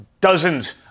dozens